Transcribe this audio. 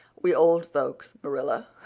we old folks, marilla,